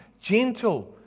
gentle